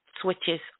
switches